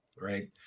right